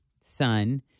son